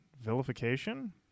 vilification